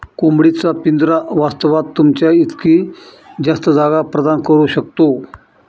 कोंबडी चा पिंजरा वास्तवात, तुमच्या इतकी जास्त जागा प्रदान करू शकतो